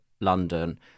London